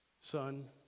Son